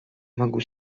могу